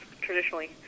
traditionally